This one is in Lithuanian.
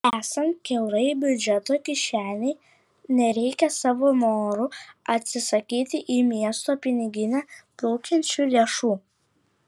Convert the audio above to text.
esant kiaurai biudžeto kišenei nereikia savo noru atsisakyti į miesto piniginę plaukiančių lėšų